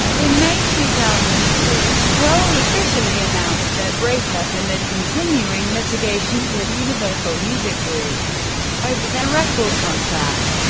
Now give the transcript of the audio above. in may two thousand and two, hole officially announced their breakup amid continuing litigation with universal music group over their record contract.